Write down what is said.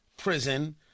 Prison